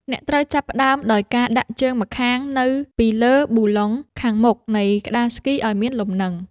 អ្នកត្រូវចាប់ផ្ដើមដោយការដាក់ជើងម្ខាងនៅពីលើប៊ូឡុងខាងមុខនៃក្ដារស្គីឱ្យមានលំនឹង។